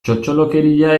txotxolokeria